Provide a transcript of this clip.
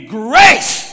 grace